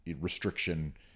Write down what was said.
restriction